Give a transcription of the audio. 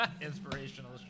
Inspirational